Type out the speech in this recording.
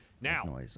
Now